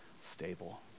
stable